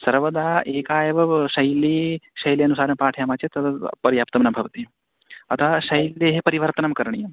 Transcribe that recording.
सर्वदा एका एव व शैली शैल्यनुसारं पाठयामः चेत् तद् प् पर्याप्तं न भवति अतः शैल्याः परिवर्तनं करणीयं